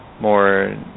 more